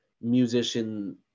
musician